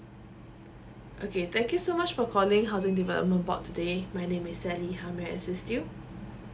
okay thank you so much for calling housing development board today my name is sally how may I assist you